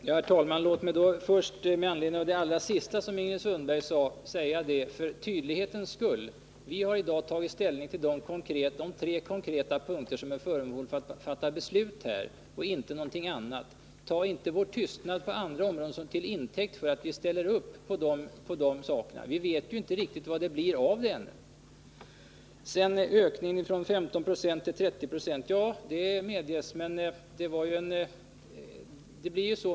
Herr talman! Låt mig först — med anledning av det allra sista som Ingrid Sundberg sade — för tydlighetens skull säga att vi till i dag tagit ställning till de konkreta punkter som kommer att bli föremål för beslut och inte någonting annat. Ta inte vår tystnad på andra områden till intäkt för att vi ställer upp på de tankegångarna! Vi vet ju ännu inte riktigt vad det blir av dem. Ingrid Sundberg talar om att vi gått med på en ökning från 15 9o till 30 90. Ja, det medges.